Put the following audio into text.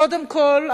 קודם כול,